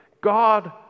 God